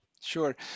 Sure